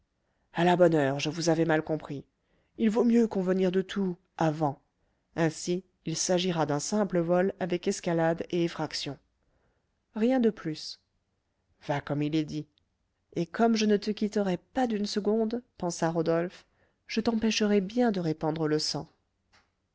à la bonne heure je vous avais mal compris il vaut mieux convenir de tout avant ainsi il s'agira d'un simple vol avec escalade et effraction rien de plus va comme il est dit et comme je ne te quitterai pas d'une seconde pensa rodolphe je t'empêcherai bien de répandre le sang